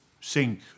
sink